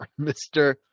Mr